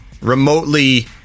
remotely